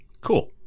Cool